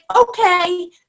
Okay